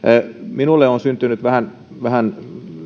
minulle on syntynyt vähän vähän